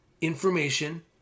information